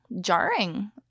jarring